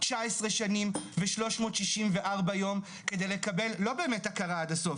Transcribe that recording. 19 שנים ו-364 יום כדי לקבל לא באמת הכרה עד הסוף,